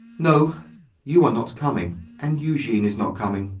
no you are not coming and eugene is not coming.